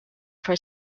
for